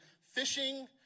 fishing